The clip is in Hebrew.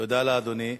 תודה לאדוני.